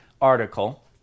article